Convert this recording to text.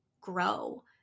grow